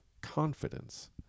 confidence